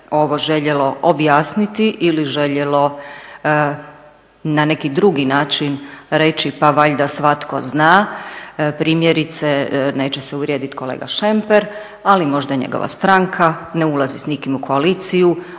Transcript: ovo željelo objasniti ili željelo na neki drugi način reći pa valjda svatko zna. Primjerice neće se uvrijediti kolega Šemper, ali možda njegova stranka ne ulazi s nikim u koaliciju.